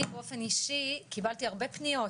אני באופן אישי קיבלתי הרבה פניות,